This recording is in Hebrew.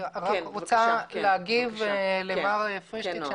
אני רק רוצה להגיב למר פרישטיק,